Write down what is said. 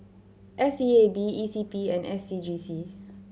S E A B E C P and S C G C